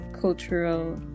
cultural